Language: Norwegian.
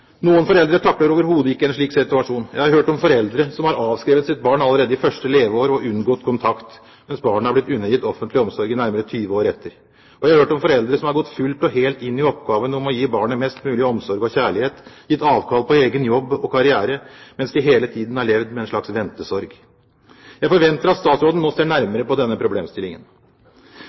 Noen foreldre takler overhodet ikke en slik situasjon. Jeg har hørt om foreldre som har avskrevet sitt barn allerede i første leveår og unngått kontakt, mens barnet har blitt undergitt offentlig omsorg i nærmere 20 år etter. Jeg har hørt om foreldre som har gått fullt og helt inn i oppgaven med å gi barnet mest mulig omsorg og kjærlighet, gitt avkall på egen jobb og karriere mens de hele tiden har levd med en slags ventesorg. Jeg forventer at statsråden nå ser nærmere på denne problemstillingen.